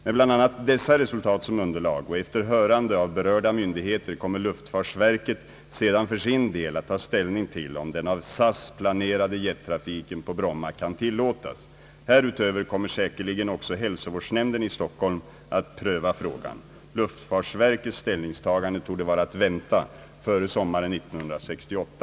Med bl.a. dessa resultat som underlag och efter hörande av berörda myndigheter kommer luftfartsverket sedan för sin del att ta ställning till om den av SAS planerade jettrafiken på Bromma kan tillåtas, Härutöver kommer säkerligen också hälsovårdsnämnden i Stockholm att pröva frågan. Luftfartsverkets ställningstagande torde vara att vänta före sommaren 1968.